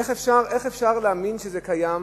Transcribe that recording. איך אפשר להאמין שזה קיים